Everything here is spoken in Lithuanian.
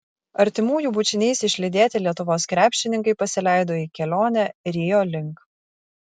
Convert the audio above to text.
artimųjų bučiniais išlydėti lietuvos krepšininkai pasileido į kelionę rio link